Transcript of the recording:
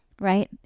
right